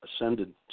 ascended